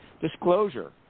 Disclosure